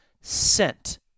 sent